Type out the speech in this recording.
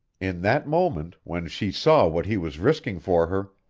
in that moment, when she saw what he was risking for her,